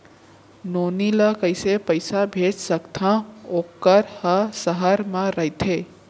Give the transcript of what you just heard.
नोनी ल कइसे पइसा भेज सकथव वोकर ह सहर म रइथे?